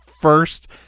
First